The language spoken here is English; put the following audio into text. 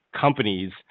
companies